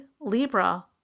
Libra